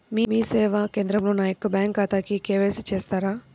మీ సేవా కేంద్రంలో నా యొక్క బ్యాంకు ఖాతాకి కే.వై.సి చేస్తారా?